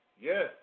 Yes